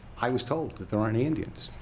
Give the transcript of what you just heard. i was told that there aren't any indians.